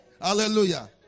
Hallelujah